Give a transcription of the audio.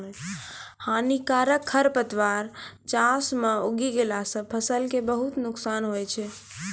हानिकारक खरपतवार चास मॅ उगी गेला सा फसल कॅ बहुत नुकसान होय छै